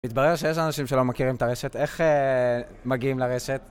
מתברר שיש אנשים שלא מכירים את הרשת, איך מגיעים לרשת?